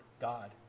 God